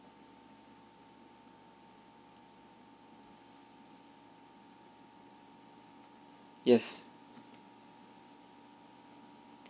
yes